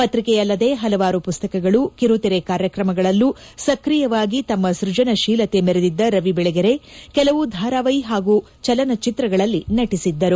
ಪ್ರಕ್ರಿಕೆಯಲ್ಲದೆ ಪಲವಾರು ಮಸ್ತಕಗಳು ಕಿರುತೆರೆ ಕಾರ್ಯಕ್ರಮಗಳಲ್ಲೂ ಸ್ಕಿಯವಾಗಿ ತಮ್ಮ ಸೃಜನಶೀಲತೆ ಮೆರೆದಿದ್ದ ರವಿ ಬೆಳಗೆರೆ ಕೆಲವು ಧಾರವಾಹಿ ಹಾಗೂ ಚಲನಚಿತ್ರಗಳಲ್ಲಿ ನಟಿಸಿದ್ದರು